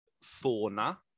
fauna